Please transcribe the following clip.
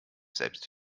selbst